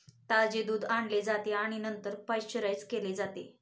ताजे दूध आणले जाते आणि नंतर पाश्चराइज केले जाते